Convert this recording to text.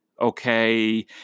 Okay